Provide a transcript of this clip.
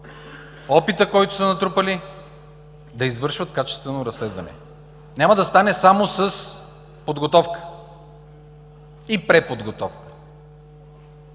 опитът, който са натрупали, да извършват качествено разследване. Няма да стане само с подготовка и преподготовка.